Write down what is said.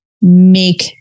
make